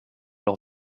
leur